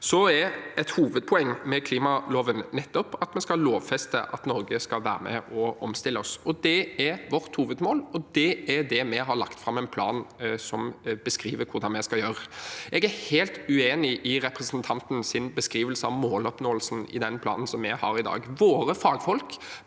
et hovedpoeng med klimaloven nettopp at vi skal lovfeste at Norge skal være med og omstille seg. Det er vårt hovedmål, og det er det vi har lagt fram en plan for, som beskriver hvordan vi skal gjøre det. Jeg er helt uenig i representantens beskrivelse av måloppnåelsen i den planen som vi har i dag. Våre fagfolk